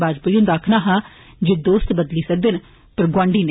बाजपाई हुंदा आक्खना हा जे दोस्त बदली सकदे न पर गोआंडी नेई